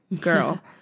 girl